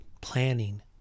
planning